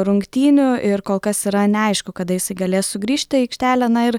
rungtynių ir kol kas yra neaišku kada jis galės sugrįžti į aikštelę na ir